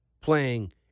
playing